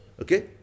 Okay